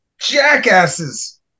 jackasses